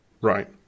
Right